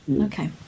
okay